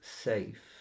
safe